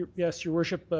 yes, your worship,